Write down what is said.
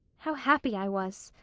how happy i was!